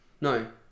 No